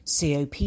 COP